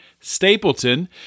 Stapleton